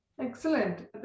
Excellent